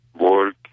work